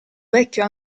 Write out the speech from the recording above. vecchio